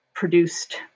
produced